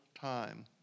time